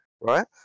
right